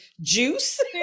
juice